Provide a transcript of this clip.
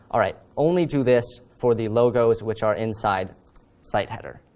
all right, only do this for the logos which are inside site header.